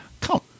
come